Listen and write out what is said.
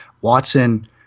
Watson